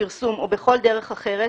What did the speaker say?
בפרסום או בכל דרך אחרת,